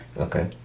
Okay